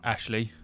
Ashley